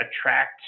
attract